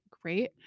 great